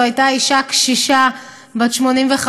זו הייתה אישה קשישה בת 85,